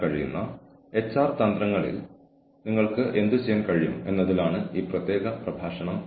കൂടാതെ ജോലിസ്ഥലത്തെ ഭീഷണിപ്പെടുത്തലിനെക്കുറിച്ച് ചർച്ച ചെയ്തിട്ടുള്ള കുറച്ച് പേപ്പറുകൾ കൂടിയുണ്ട് ഇത് ഇക്കാലത്തെ വളരെ പ്രധാനപ്പെട്ട വിഷയമാണ്